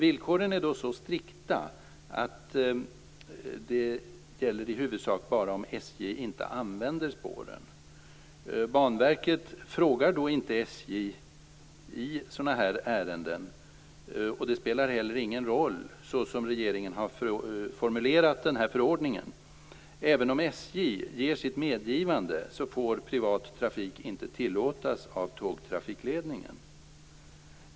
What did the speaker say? Villkoren är då så strikta att de i huvudsak gäller bara om SJ inte använder spåren. Banverket frågar då inte SJ i sådana här ärenden, och såsom regeringen har formulerat den här förordningen spelar det heller ingen roll. Även om SJ ger sitt medgivande får privat trafik inte tillåtas av tågtrafikledningen.